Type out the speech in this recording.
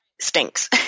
stinks